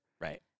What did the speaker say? Right